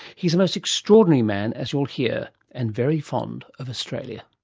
he's a most extraordinary man, as you'll hear, and very fond of australia.